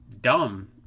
dumb